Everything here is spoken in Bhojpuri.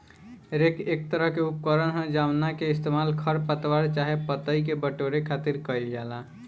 रेक एक तरह के उपकरण ह जावना के इस्तेमाल खर पतवार चाहे पतई के बटोरे खातिर कईल जाला